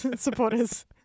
supporters